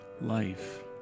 life